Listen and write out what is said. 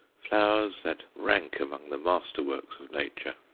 flowers that rank among the master works of nature.